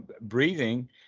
breathing